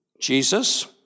Jesus